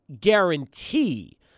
guarantee